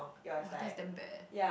!wah! that is damn bad eh